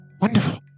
Wonderful